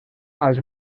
als